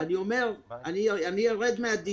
ומי שאין לו,